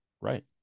Right